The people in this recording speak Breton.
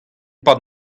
pad